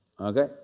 Okay